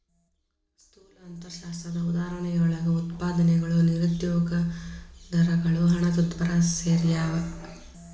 ಸ್ಥೂಲ ಅರ್ಥಶಾಸ್ತ್ರದ ಉದಾಹರಣೆಯೊಳಗ ಉತ್ಪಾದನೆಗಳು ನಿರುದ್ಯೋಗ ದರಗಳು ಹಣದುಬ್ಬರ ಸೆರ್ಯಾವ